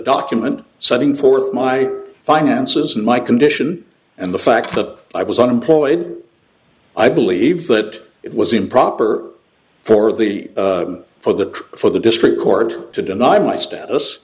document setting forth my finances and my condition and the fact that i was unemployed i believe that it was improper for the for the for the district court to deny my status